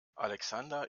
alexander